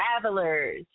Travelers